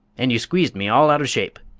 and you squeezed me all out of shape.